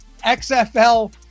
XFL